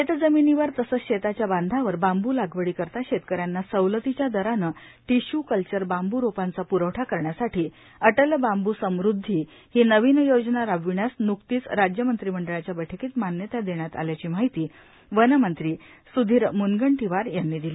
शेतजमीनीवर तसेच शेताच्या बांधावर बांब् लागवडीकरिता शेतकऱ्यांना सवलतीच्या दराने टिश्यू कल्चर बांबू रोपांचा प्रवठा करण्यासाठी अटल बांबू समृद्धी ही नवीन योजना राबविण्यास न्कतीच राज्य मंत्रिमंडळाच्या बैठकीत मान्यता देण्यात आल्याची माहिती वनमंत्री स्धीर म्नगंटीवार यांनी दिली